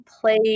play